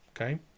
okay